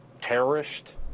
terrorist